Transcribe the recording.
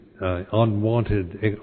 unwanted